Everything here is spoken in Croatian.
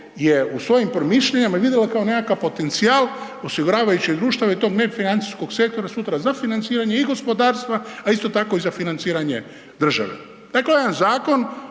u svojim promišljanjima vidjela kao nekakav potencijal osiguravajućih društava i tog nefinancijskog sektora sutra za financiranje i gospodarstva, a isto tako i za financiranje države. Dakle, jedan zakon